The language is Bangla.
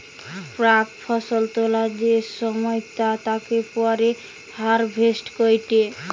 প্রাক ফসল তোলা যে সময় তা তাকে পরে হারভেস্ট কইটি